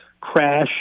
crash